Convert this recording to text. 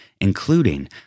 including